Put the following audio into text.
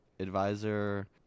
advisor